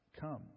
come